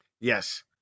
Yes